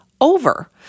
over